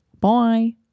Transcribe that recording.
Bye